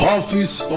Office